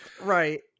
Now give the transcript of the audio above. Right